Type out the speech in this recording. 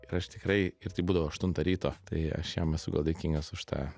ir aš tikrai ir tai būdavo aštuntą ryto tai aš jam esu dėkingas už tą